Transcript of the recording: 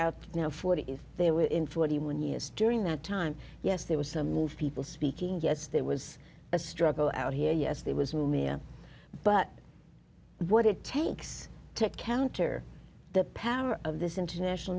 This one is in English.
out now forty if they were in forty one years during that time yes there was some move people speaking yes there was a struggle out here yes there was mia but what it takes to counter the power of this international